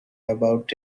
about